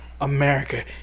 America